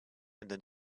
then